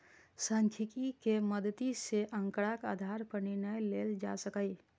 सांख्यिकी के मदति सं आंकड़ाक आधार पर निर्णय लेल जा सकैए